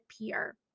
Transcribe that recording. peer